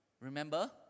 Remember